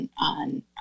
on